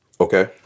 Okay